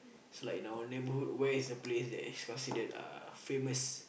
so like in our neighbourhood where is the place that is considered uh famous